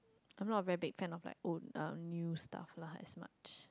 I'm not a very big fan of like old uh new stuff lah as much